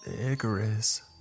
Icarus